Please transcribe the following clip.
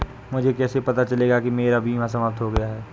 मुझे कैसे पता चलेगा कि मेरा बीमा समाप्त हो गया है?